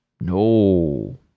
no